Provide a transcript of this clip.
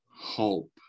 hope